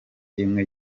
imwe